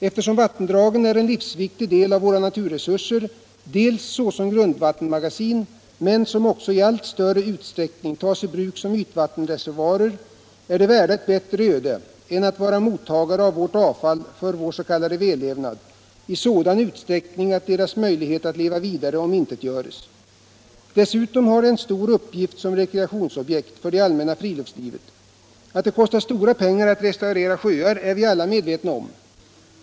Eftersom vattendragen är en livsviktig del av våra naturresurser såsom grundvattenmagasin och också i allt större utsträckning tas i bruk som ytvattenreservoarer, är de värda ett bättre öde än att vara mottagare av avfall från vår s.k. vällevnad i sådan utsträckning att deras möjligheter att leva vidare omintetgöres. Dessutom har de en stor uppgift som rekreationsobjekt för det allmänna friluftslivet. Att det kostar stora pengar att restaurera sjöar är vi alla medvetna om.